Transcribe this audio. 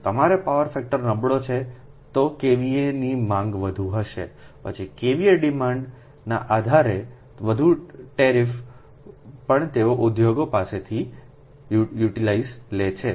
જો તમારો power factor નબળો છે તો KVAની માંગ વધુ હશે પછી KVA ડિમાન્ડના આધારે વધુ ટેરિફ પણ તેઓ ઉદ્યોગો પાસેથી KVA માંગ પર યુટિલિટીઝ લે છે